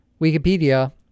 Wikipedia